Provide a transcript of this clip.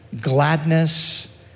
gladness